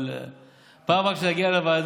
אבל בפעם הבאה שזה מגיע לוועדה,